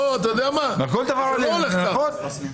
זה לא הולך ככה.